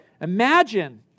Imagine